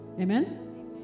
Amen